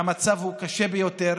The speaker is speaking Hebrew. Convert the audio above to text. והמצב הוא קשה ביותר.